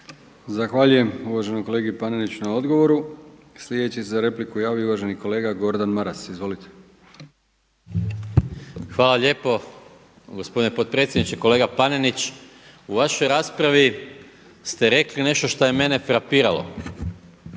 Zahvaljujem uvaženom kolegi Paneniću na odgovoru. Sljedeći se na repliku javio uvaženi kolega Gordan Maras. **Maras, Gordan (SDP)** Hvala lijepo gospodine predsjedniče. Kolega Panenić, u vašoj raspravi ste rekli nešto što je mene frapiralo,